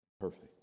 perfect